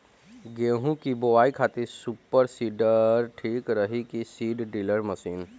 गेहूँ की बोआई खातिर सुपर सीडर ठीक रही की सीड ड्रिल मशीन?